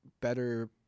better